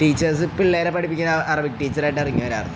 ീച്ചേഴ്സ് പിള്ളേരെ പഠപ്പിക്കൻററി ടച്ചറായിട്ട്റങ്ങവരാറ്